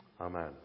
Amen